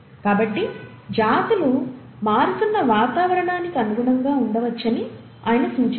కాబట్టి జాతులు మారుతున్న వాతావరణానికి అనుగుణంగా ఉండవచ్చని ఆయన సూచించారు